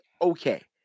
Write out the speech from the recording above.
Okay